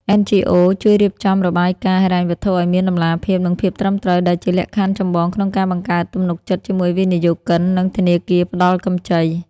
NGOs ជួយរៀបចំរបាយការណ៍ហិរញ្ញវត្ថុឱ្យមានតម្លាភាព និងភាពត្រឹមត្រូវ ដែលជាលក្ខខណ្ឌចម្បងក្នុងការបង្កើតទំនុកចិត្តជាមួយវិនិយោគិន និងធនាគារផ្ដល់កម្ចី។